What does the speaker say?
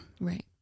Right